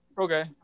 Okay